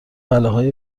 بلاهای